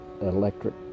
electric